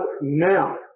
Now